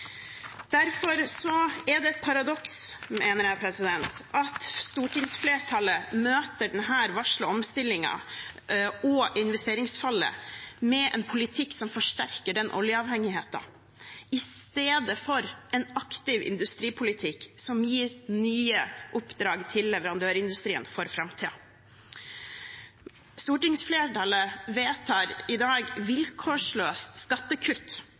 Derfor er det et paradoks, mener jeg, at stortingsflertallet møter denne varslede omstillingen og investeringsfallet med en politikk som forsterker oljeavhengigheten, i stedet for en aktiv industripolitikk som gir nye oppdrag til leverandørindustrien for framtiden. Stortingsflertallet vedtar i dag vilkårsløst skattekutt.